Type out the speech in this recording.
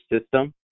system